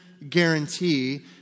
Guarantee